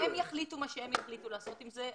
הם יחליטו מה שהם יחליטו לעשות עם זה.